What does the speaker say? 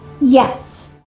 Yes